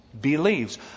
believes